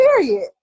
period